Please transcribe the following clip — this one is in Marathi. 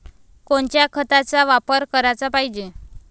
कोनच्या खताचा वापर कराच पायजे?